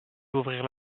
ouvrir